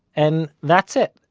and, that's it,